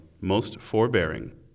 most-forbearing